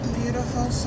beautiful